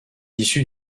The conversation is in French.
issues